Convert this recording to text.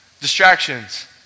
Distractions